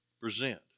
Present